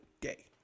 day